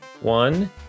one